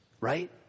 right